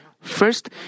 first